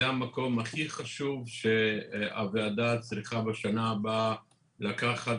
זה המקום הכי חשוב שהוועדה צריכה בשנה הבאה לקחת